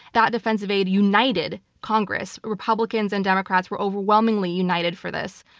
that defensive aid united congress. republicans and democrats were overwhelmingly united for this.